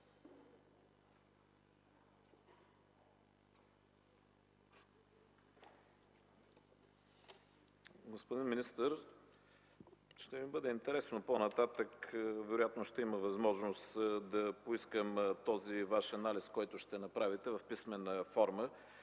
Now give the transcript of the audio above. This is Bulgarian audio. Господин министър, ще ми бъде интересно, по-нататък вероятно ще има възможност да поискам Вашия анализ, който ще направите в писмена форма,